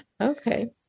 Okay